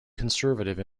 conservative